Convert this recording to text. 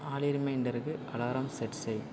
ஆலி ரிமைண்டருக்கு alarm set செய்